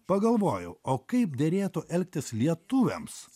pagalvojau o kaip derėtų elgtis lietuviams